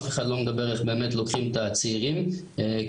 אף אחד לא מדבר איך באמת לוקחים את הצעירים כעתודה,